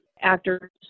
actors